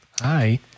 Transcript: Hi